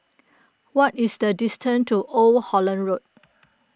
what is the distance to Old Holland Road